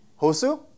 Hosu